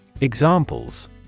Examples